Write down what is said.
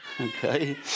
Okay